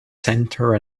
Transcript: center